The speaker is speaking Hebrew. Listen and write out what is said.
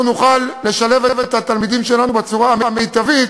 אנחנו נוכל לשלב את התלמידים שלנו בצורה המיטבית